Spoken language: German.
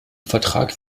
vertrag